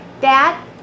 Dad